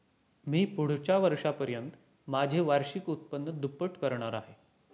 मी पुढच्या वर्षापर्यंत माझे वार्षिक उत्पन्न दुप्पट करणार आहे